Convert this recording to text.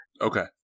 Okay